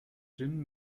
jim